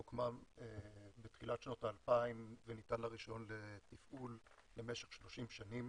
היא הוקמה בתחילת שנות האלפיים וניתן לה רישיון לתפעול למשך 30 שנים.